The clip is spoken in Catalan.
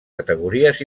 categories